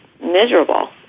miserable